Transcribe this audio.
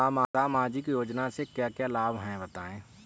सामाजिक योजना से क्या क्या लाभ हैं बताएँ?